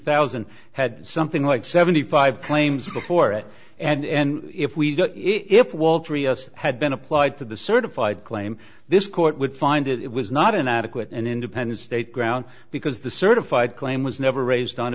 thousand had something like seventy five claims before it and if we don't if walter e s had been applied to the certified claim this court would find it was not an adequate and independent state ground because the certified claim was never raised on